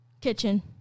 kitchen